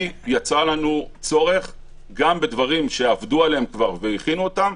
היא יצרה לנו צורך גם בדברים שעבדו עליהם כבר והכינו אותם,